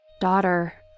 daughter